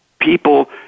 people